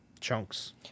chunks